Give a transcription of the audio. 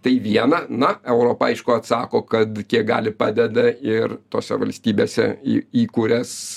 tai viena na europa aišku atsako kad kiek gali padeda ir tose valstybėse į į kurias